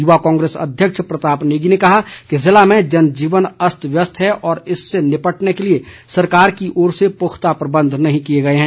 युवा कांग्रेस अध्यक्ष प्रताप नेगी ने कहा कि जिले में जनजीवन अस्त व्यस्त है और इससे निपटने के लिए सरकार की ओर से पुख्ता प्रबंध नहीं किए गए हैं